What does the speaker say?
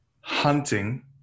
hunting